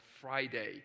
Friday